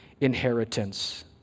inheritance